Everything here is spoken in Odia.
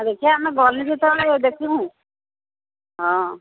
ଦେଖିବା ଆମେ ଗଲେ ଯେତେବେଳେ ଦେଖିବୁ ହଁ